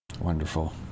Wonderful